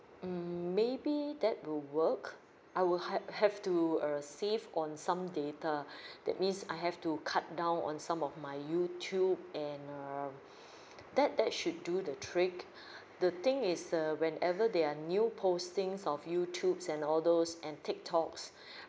mm maybe that will work I will ha~ have to err save on some data that means I have to cut down on some of my youtube and err that that should do the trick the thing is uh whenever there are new posting of youtube and all those and tiktok